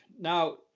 Now